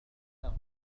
مرة